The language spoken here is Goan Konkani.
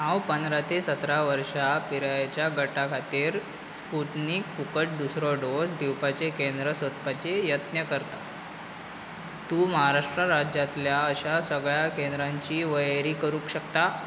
हांव पंदरा ते सतरा वर्सां पिरायेच्या गटा खातीर स्पुटनिकचो फुकट दुसरो डोस दिवपाची केंद्र सोदपाची यत्न करतां तूं महाराष्ट्रा राज्यांतल्या अशा सगळ्या केंद्रांची वळेरी करूंक शकता